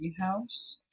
Treehouse